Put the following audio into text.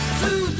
two